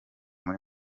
muri